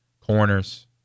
corners